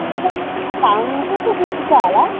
तपाईँकोमा धान कस्तो कस्तो छ होला